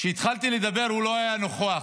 כשהתחלתי לדבר הוא לא היה נוכח.